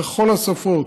בכל השפות,